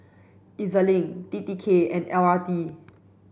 E Z Link T T K and L R T